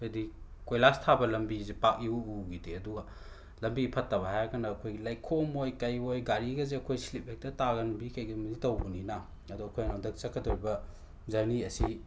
ꯍꯥꯏꯗꯤ ꯀꯣꯏꯂꯥꯁ ꯊꯥꯕ ꯂꯝꯕꯤꯁꯦ ꯄꯥꯛ ꯏꯎ ꯎꯈꯤꯗꯦ ꯑꯗꯨꯒ ꯂꯝꯕꯤ ꯐꯠꯇꯕ ꯍꯥꯏꯔꯒꯅ ꯑꯩꯈꯣꯏꯒꯤ ꯂꯩꯈꯣꯝ ꯑꯣꯏ ꯀꯩ ꯑꯣꯏ ꯒꯥꯔꯤꯒꯁꯦ ꯑꯩꯈꯣꯏ ꯁ꯭ꯂꯤꯞ ꯍꯦꯛꯇ ꯇꯥꯒꯟꯕꯤ ꯀꯩꯒꯨꯝꯕꯁꯦ ꯇꯧꯕꯅꯤꯅ ꯑꯗꯣ ꯑꯩꯈꯣꯏ ꯍꯟꯗꯛ ꯆꯠꯀꯗꯧꯔꯤꯕ ꯖꯔꯅꯤ ꯑꯁꯤ